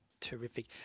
Terrific